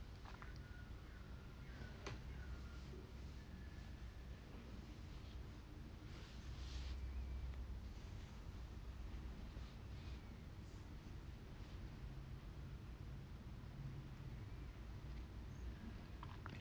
ya